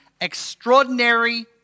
extraordinary